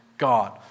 God